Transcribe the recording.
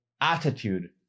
attitude